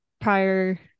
prior